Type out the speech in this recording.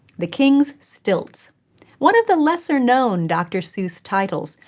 the king's stilts one of the lesser known dr. seuss titles,